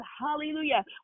hallelujah